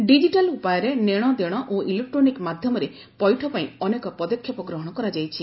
digital ଉପାୟରେ ନେଣଦେଣ ଓ ଇଲେକ୍ଟ୍ରୋନିକ୍ ମାଧ୍ୟମରେ ପୈଠ ପାଇଁ ଅନେକ ପଦକ୍ଷେପ ଗ୍ରହଣ କରାଯାଇଛି